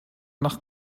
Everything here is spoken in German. nach